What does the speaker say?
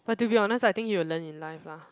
but to be honest I think he will learn in life lah